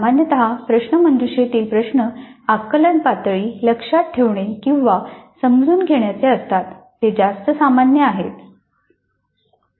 सामान्यत प्रश्नमंजुषेतील प्रश्न आकलन पातळी लक्षात ठेवणे किंवा समजून घेण्याचे असतात जे जास्त सामान्य आहे